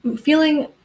feeling